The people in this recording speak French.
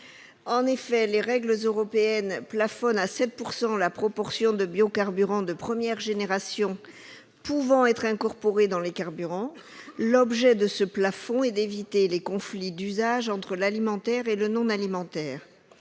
article. Les règles européennes plafonnent à 7 % la proportion de biocarburants de première génération pouvant être incorporés dans les carburants. L'objet de ce plafond est d'éviter les conflits d'usage entre l'alimentaire et le non-alimentaire.